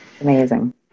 Amazing